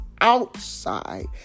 outside